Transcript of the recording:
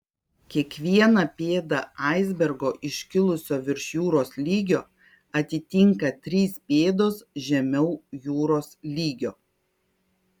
kiekvieną pėdą aisbergo iškilusio virš jūros lygio atitinka trys pėdos žemiau jūros lygio